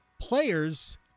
players